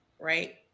right